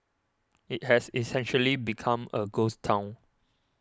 it has essentially become a ghost town